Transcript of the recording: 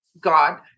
God